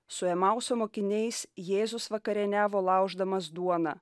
su emauso mokiniais jėzus vakarieniavo lauždamas duoną